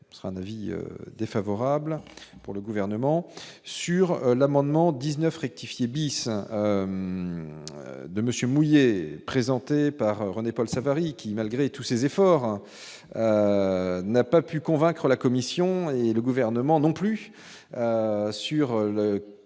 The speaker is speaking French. domaine, un avis défavorable pour le gouvernement sur l'amendement 19 rectifier bis de monsieur présenté par René-Paul Savary qui, malgré tous ses efforts, n'a pas pu convaincre la Commission et le gouvernement non plus sur le